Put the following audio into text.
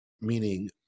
meaning